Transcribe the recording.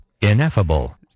Ineffable